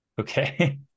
Okay